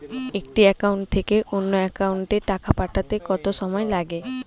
একটি একাউন্ট থেকে অন্য একাউন্টে টাকা পাঠাতে কত সময় লাগে?